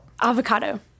Avocado